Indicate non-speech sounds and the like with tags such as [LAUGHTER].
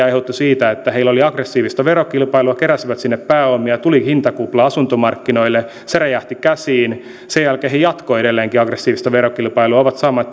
[UNINTELLIGIBLE] aiheutui siitä että heillä oli aggressiivista verokilpailua keräsivät sinne pääomia tuli hintakupla asuntomarkkinoille se räjähti käsiin sen jälkeen he jatkoivat edelleenkin aggressiivista verokilpailua ovat saaneet [UNINTELLIGIBLE]